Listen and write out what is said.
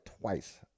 twice